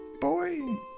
boy